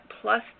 plus